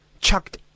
chucked